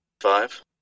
five